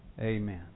Amen